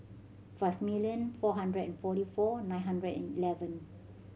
five million four hundred and forty four nine hundred and eleven